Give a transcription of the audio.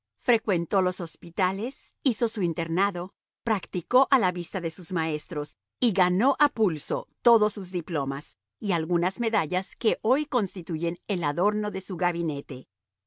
frecuentó los hospitales hizo su internado practicó a la vista de sus maestros y ganó a pulso todos sus diplomas y algunas medallas que hoy constituyen el adorno de su gabinete